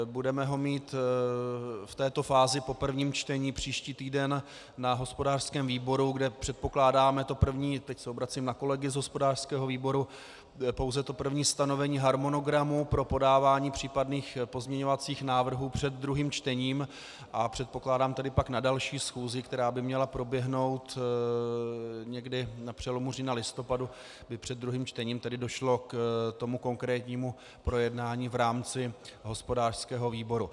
Budeme ho mít v této fázi po prvním čtení příští týden na hospodářském výboru, kde předpokládáme to první teď se obracím na kolegy z hospodářského výboru pouze to první stanovení harmonogramu pro podávání případných pozměňovacích návrhů před druhým čtením, a předpokládám tedy pak na další schůzi, která by měla proběhnout někdy na přelomu října listopadu, by před druhým čtením došlo k tomu konkrétnímu projednání v rámci hospodářského výboru.